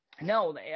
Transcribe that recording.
No